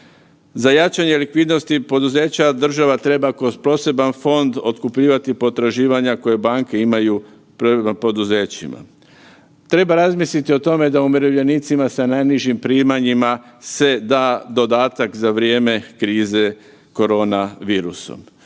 Za jačanje likvidnosti poduzeća država treba kroz poseban fond otkupljivati potraživanja koja banke imaju prema poduzećima. Treba razmisliti o tome da umirovljenicima sa najnižim primanjima se da dodatak za vrijeme krize korona virusom.